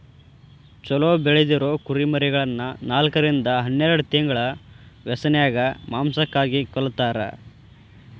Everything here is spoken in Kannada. ಚೊಲೋ ಬೆಳದಿರೊ ಕುರಿಮರಿಗಳನ್ನ ನಾಲ್ಕರಿಂದ ಹನ್ನೆರಡ್ ತಿಂಗಳ ವ್ಯಸನ್ಯಾಗ ಮಾಂಸಕ್ಕಾಗಿ ಕೊಲ್ಲತಾರ